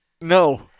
No